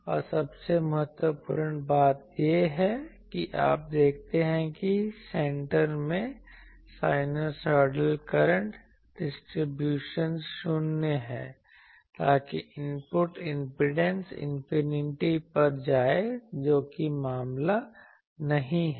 और सबसे महत्वपूर्ण बात यह है कि आप देखते हैं कि सेंटर में साइनूसोइडल करंट डिस्ट्रीब्यूशन शून्य है ताकि इनपुट इम्पीडेंस इंफिनिटी पर जाए जो कि मामला नहीं है